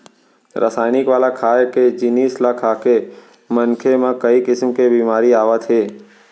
रसइनिक वाला खाए के जिनिस ल खाके मनखे म कइ किसम के बेमारी आवत हे